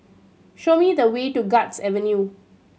show me the way to Guards Avenue